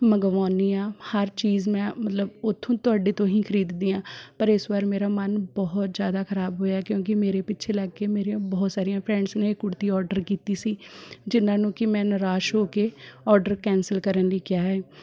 ਮੰਗਵਾਉਨੀ ਹਾਂ ਹਰ ਚੀਜ਼ ਮੈਂ ਮਤਲਬ ਉਥੋਂ ਤੁਹਾਡੇ ਤੋਂ ਹੀ ਖਰੀਦਦੀ ਹਾਂ ਪਰ ਇਸ ਵਾਰ ਮੇਰਾ ਮਨ ਬਹੁਤ ਜ਼ਿਆਦਾ ਖਰਾਬ ਹੋਇਆ ਕਿਉਂਕਿ ਮੇਰੇ ਪਿੱਛੇ ਲੱਗ ਕੇ ਮੇਰੀਆਂ ਬਹੁਤ ਸਾਰੀਆਂ ਫਰੈਂਡਸ ਨੇ ਕੁੜਤੀ ਔਡਰ ਕੀਤੀ ਸੀ ਜਿਨਾਂ ਨੂੰ ਕਿ ਮੈਂ ਨਿਰਾਸ਼ ਹੋ ਕੇ ਔਡਰ ਕੈਂਸਲ ਕਰਨ ਲਈ ਕਿਹਾ ਹੈ